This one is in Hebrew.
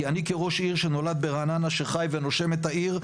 כי אני כראש עיר שנולד ברעננה שחי ונושם את העיר,